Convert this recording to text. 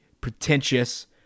pretentious